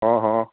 ਹਾਂ ਹਾਂ